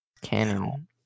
Canon